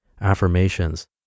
affirmations